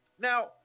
Now